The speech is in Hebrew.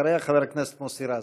אחריה, חבר הכנסת מוסי רז.